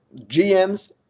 GMs